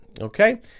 Okay